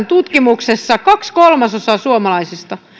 tutkimuksessa kaksi kolmasosaa suomalaisista